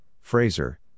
Fraser